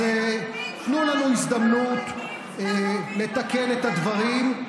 אז תנו לנו הזדמנות לתקן את הדברים.